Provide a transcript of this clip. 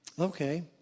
Okay